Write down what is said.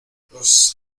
los